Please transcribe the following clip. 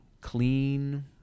clean